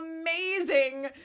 amazing